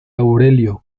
aurelio